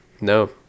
No